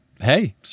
Hey